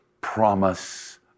promise